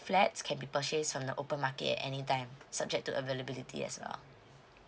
flats can be purchase from the open market any time subject to availability as well